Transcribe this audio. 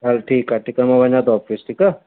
हलु ठीकु आहे ठीकु आहे मां वञां थो ऑफिस ठीकु आहे